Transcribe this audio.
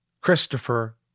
Christopher